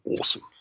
Awesome